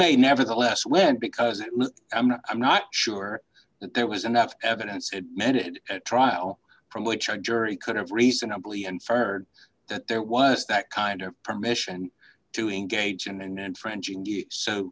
may nevertheless win because i'm not i'm not sure that there was enough evidence at trial from which a jury couldn't reasonably infer that there was that kind of permission to engage an